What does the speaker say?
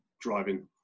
driving